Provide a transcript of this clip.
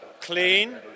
Clean